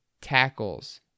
tackles